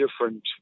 different